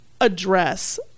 address